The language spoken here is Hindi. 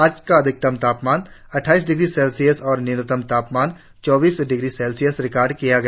आज का अधिकतम तापमान अट्ठाईस डिग्री सेल्सियस और न्यूनतम तापमान चौबीस डिग्री सेल्सियस रिकार्ड किया गया